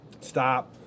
stop